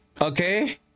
okay